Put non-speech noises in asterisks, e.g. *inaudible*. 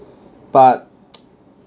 but *noise*